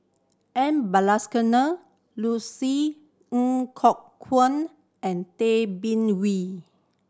M Balakrishnan Ng Kok Kwang and Tay Bin Wee